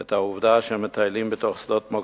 ואת העובדה שהם מטיילים בתוך שדות מוקשים.